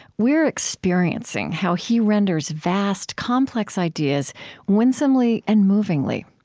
we're experiencing how he renders vast, complex ideas winsomely and movingly.